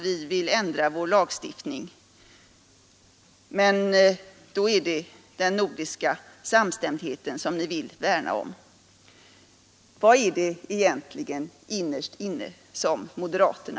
Vad vill moderaterna?